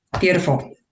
beautiful